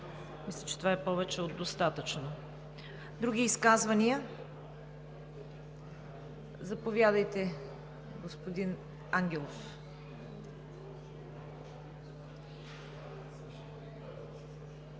мисля, че това е повече от достатъчно. Други изказвания? Заповядайте, господин Ангелов.